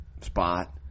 spot